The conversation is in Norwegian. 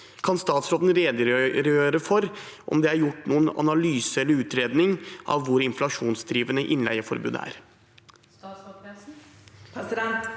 Kan statsråden redegjøre for om det er gjort noen analyse/utredning av hvor inflasjonsdrivende innleieforbudet